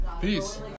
Peace